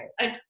Right